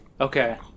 Okay